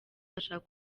ashaka